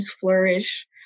flourish